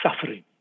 suffering